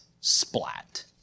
splat